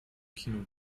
kino